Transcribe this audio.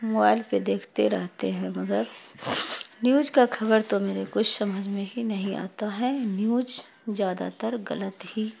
mobile پہ دیکھتے رہتے ہیں مگر نیوج کا خبر تو میرے کچھ سمجھ میں ہی نہیں آتا ہے نیوج زیادہ تر غلط ہی